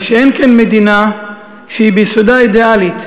מה שאין כן מדינה שהיא ביסודה אידיאלית,